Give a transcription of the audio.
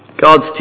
God's